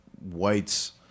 whites